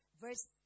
verse